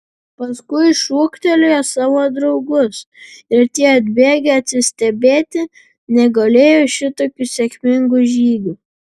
paskui šūktelėjo savo draugus ir tie atbėgę atsistebėti negalėjo šitokiu sėkmingu žygiu